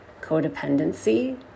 codependency